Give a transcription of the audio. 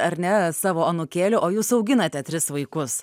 ar ne savo anūkėlių o jūs auginate tris vaikus